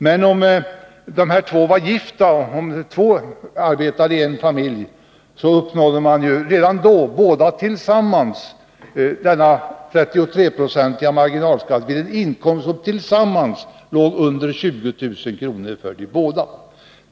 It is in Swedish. Men om två gifta makar i en familj arbetade, uppnådde de 33 96 marginalskatt redan vid inkomster på tillsammans under 20 000 kr.